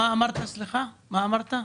סליחה, מה אמרת?